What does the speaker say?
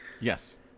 Yes